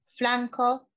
Flanco